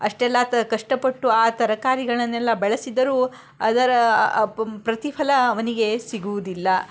ಅಷ್ಟೆಲ್ಲ ತ ಕಷ್ಟಪಟ್ಟು ಆ ತರಕಾರಿಗಳನ್ನೆಲ್ಲ ಬೆಳೆಸಿದರೂ ಅದರ ಪ ಪ್ರತಿಫಲ ಅವನಿಗೆ ಸಿಗುವುದಿಲ್ಲ